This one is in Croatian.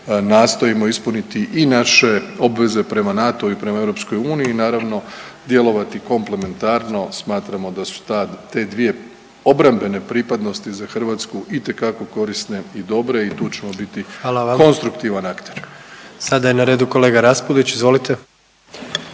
Nastojimo ispuniti i naše obveze prema NATO-u i prema EU, naravno, djelovati komplementarno, smatramo da su ta, te dvije obrambene pripadnosti za Hrvatsku itekako korisne i dobre i tu ćemo biti konstruktivan akter. **Jandroković, Gordan